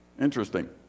Interesting